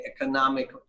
economic